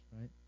right